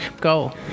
go